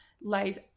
lays